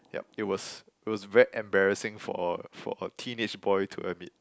yup it was it was very embarrassing for a for a teenage boy to admit